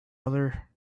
other